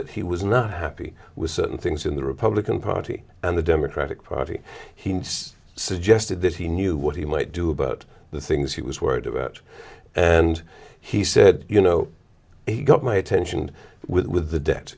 that he was not happy with certain things in the republican party and the democratic party he suggested that he knew what he might do about the things he was worried about and he said you know he got my attention with the debt